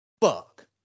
Fuck